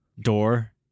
door